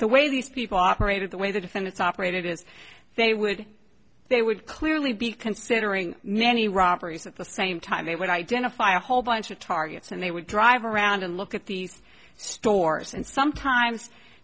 the way these people operated the way the defendants operated as they would they would clearly be considering many robberies at the same time they would identify a whole bunch of targets and they would drive around and look at these stores and sometimes